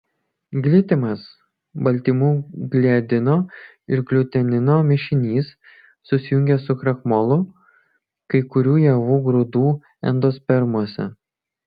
glitimas baltymų gliadino ir gliutenino mišinys susijungęs su krakmolu kai kurių javų grūdų endospermuose